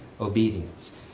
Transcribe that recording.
obedience